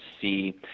see